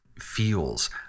feels